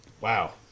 Wow